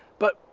but,